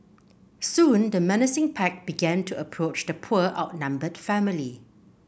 soon the menacing pack began to approach the poor outnumbered family